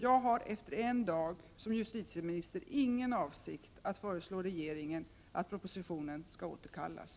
Jag har efter en dag som justitieminister ingen avsikt att föreslå regeringen att propositionen 115 skall återkallas.